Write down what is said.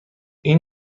این